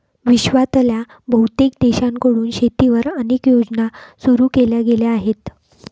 विश्वातल्या बहुतेक देशांकडून शेतीवर अनेक योजना सुरू केल्या गेल्या आहेत